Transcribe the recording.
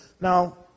Now